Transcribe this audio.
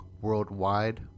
worldwide